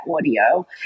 audio